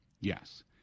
Yes